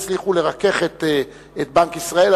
הצליחו לרכך את בנק ישראל.